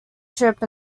trip